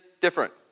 different